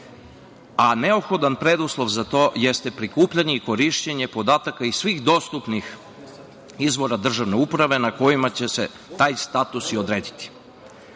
a neophodan preduslov za to jeste prikupljanje i korišćenje podataka i svih dostupnih izvora državne uprave na kojima će se taj status i odrediti. Dakle,